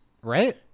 Right